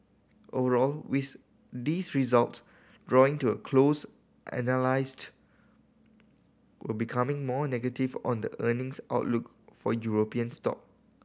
overall with these result drawing to a close analyst were becoming more negative on the earnings outlook for European stock